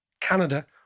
Canada